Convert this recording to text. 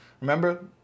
Remember